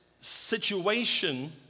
situation